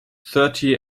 thirty